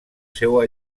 seua